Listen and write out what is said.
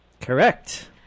Correct